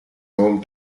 home